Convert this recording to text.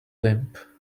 limp